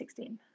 2016